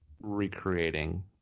recreating